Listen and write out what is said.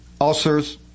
ulcers